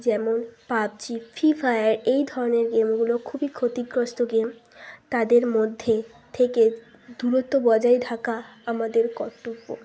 যেমন PUBG free fire এই ধরনের গেমগুলো খুবই ক্ষতিগ্রস্ত গেম তাদের মধ্যে থেকে দূরত্ব বজায় থাকা আমাদের কর্তব্য